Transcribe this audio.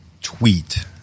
tweet